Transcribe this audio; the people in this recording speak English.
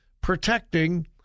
protecting